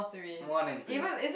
one and two